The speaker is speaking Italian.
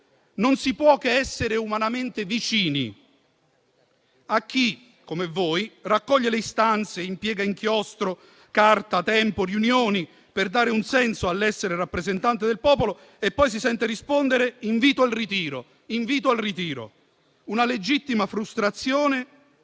Non si può che essere umanamente vicini a chi, come voi, raccoglie le istanze, impiega inchiostro, carta, tempo, fa riunioni per dare un senso all'essere rappresentante del popolo e poi si sente rispondere: invito al ritiro. È una legittima frustrazione,